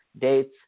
dates